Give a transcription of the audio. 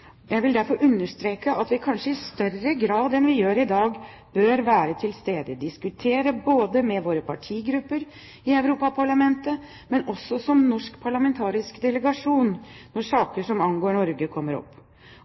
Jeg vil derfor understreke at vi kanskje i større grad enn i dag bør være til stede, diskutere med våre partigrupper i Europaparlamentet og også som norsk parlamentarisk delegasjon når saker som angår Norge, kommer opp.